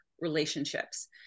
relationships